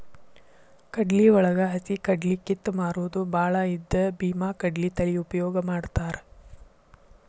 ಕಡ್ಲಿವಳಗ ಹಸಿಕಡ್ಲಿ ಕಿತ್ತ ಮಾರುದು ಬಾಳ ಇದ್ದ ಬೇಮಾಕಡ್ಲಿ ತಳಿ ಉಪಯೋಗ ಮಾಡತಾತ